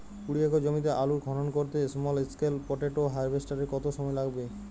কুড়ি একর জমিতে আলুর খনন করতে স্মল স্কেল পটেটো হারভেস্টারের কত সময় লাগবে?